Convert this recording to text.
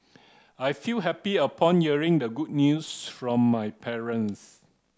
I felt happy upon hearing the good news from my parents